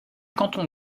canton